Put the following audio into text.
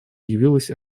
явилась